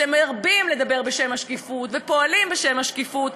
שמרבים לדבר בשם השקיפות ופועלים בשם השקיפות,